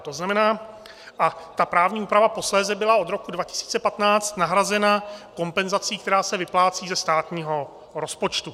To znamená a ta právní úprava posléze byla od roku 2015 nahrazena kompenzací, která se vyplácí ze státního rozpočtu.